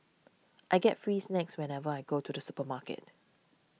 I get free snacks whenever I go to the supermarket